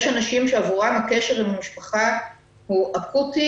יש אנשים שעבורם הקשר עם המשפחה הוא אקוטי